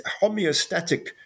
homeostatic